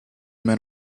men